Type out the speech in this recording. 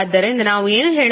ಆದ್ದರಿಂದ ನಾವು ಏನು ಹೇಳಬಹುದು